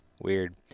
weird